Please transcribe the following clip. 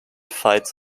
fights